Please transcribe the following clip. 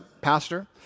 pastor